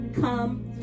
come